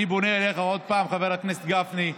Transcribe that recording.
אני פונה אליך עוד פעם, חבר הכנסת גפני.